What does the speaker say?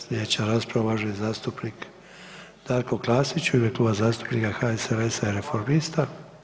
Sljedeća rasprava uvaženi zastupnik Darko Klasić u ime Kluba zastupnika HSLS-a i Reformista.